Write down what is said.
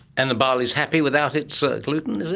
and the barley is happy without its ah gluten, is it?